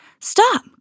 Stop